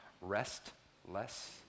restless